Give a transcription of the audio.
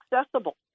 accessible